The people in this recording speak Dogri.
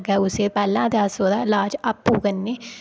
लग्गै कुसी गी पैह्लै तां अस ओह्दा ईलाज आपूं करने